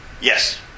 Yes